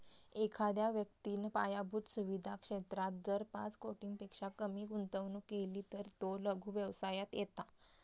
एखाद्या व्यक्तिन पायाभुत सुवीधा क्षेत्रात जर पाच कोटींपेक्षा कमी गुंतवणूक केली तर तो लघु व्यवसायात येता